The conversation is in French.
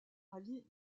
ali